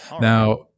Now